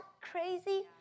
crazy